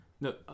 No